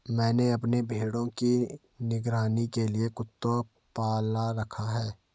मैंने अपने भेड़ों की निगरानी के लिए कुत्ता पाल रखा है